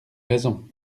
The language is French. raison